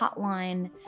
hotline